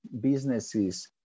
businesses